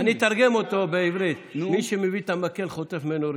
אני אתרגם אותו לעברית: מי שמביא את המקל חוטף ממנו ראשון.